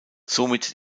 somit